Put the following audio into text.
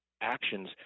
actions